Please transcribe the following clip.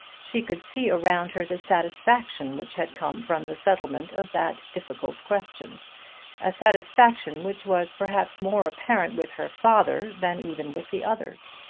she could see around her the satisfaction which had come from the settlement of that difficult question a satisfaction which was perhaps more apparent with her father than even with the others.